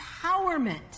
empowerment